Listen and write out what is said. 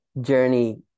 journey